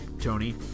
Tony